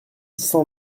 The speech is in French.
cent